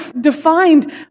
defined